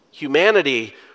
Humanity